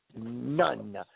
None